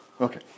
Okay